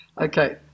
Okay